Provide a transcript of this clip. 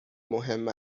مهم